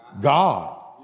God